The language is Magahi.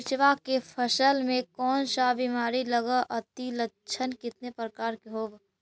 मीरचा के फसल मे कोन सा बीमारी लगहय, अती लक्षण कितने प्रकार के होब?